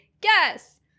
Guess